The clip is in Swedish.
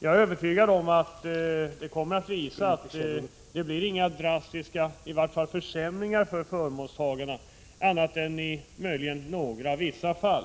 Jag är övertygad om att det kommer att visa sig att det inte skett några — åtminstone inte drastiska — försämringar för förmånstagarna, möjligen i några få fall.